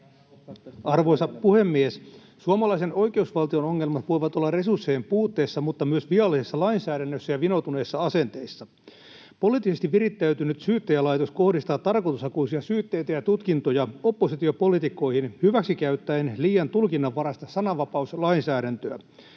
Arvoisa puhemies! Suomalaisen oikeusvaltion ongelmat voivat olla resurssien puutteessa, mutta myös viallisessa lainsäädännössä ja vinoutuneissa asenteissa. Poliittisesti virittäytynyt syyttäjälaitos kohdistaa tarkoitushakuisia syytteitä ja tutkintoja oppositiopoliitikkoihin hyväksikäyttäen liian tulkinnanvaraista sanavapauslainsäädäntöä.